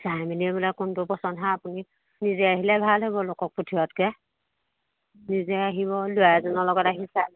চাই মেলি বোলে কোনটো পচন্দ হয় আপুনি নিজে আহিলে ভাল হ'ব লোকক পঠিওৱাতকৈ নিজে আহিব ল'ৰা এজনৰ লগত আহি চাই